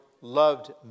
loved